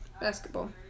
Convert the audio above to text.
Basketball